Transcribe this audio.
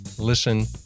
listen